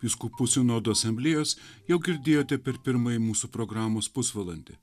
vyskupų sinodo asamblėjos jau girdėjote per pirmąjį mūsų programos pusvalandį